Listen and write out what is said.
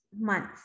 months